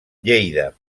lleida